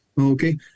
Okay